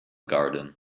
garden